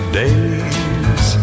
days